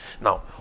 Now